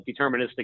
deterministic